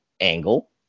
Angle